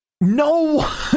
No